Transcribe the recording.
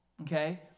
Okay